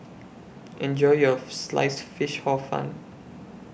Enjoy your Sliced Fish Hor Fun